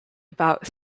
about